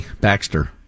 Baxter